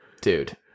dude